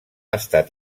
estat